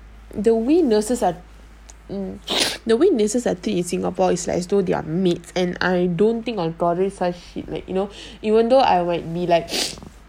the way nurses are the way nurses are treat in singapore is like as though they are maids and I don't think I'll probably like you know even though I might be like